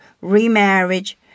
remarriage